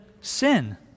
sin